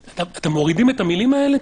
מורידים את המילים האלה?